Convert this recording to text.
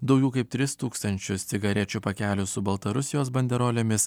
daugiau kaip tris tūkstančius cigarečių pakelių su baltarusijos banderolėmis